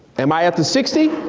am i at the sixty?